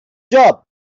job